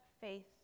faith